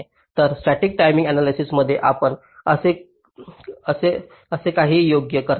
तर static timing analysis मध्येही आपण असे काहीतरी योग्य करता